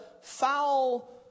foul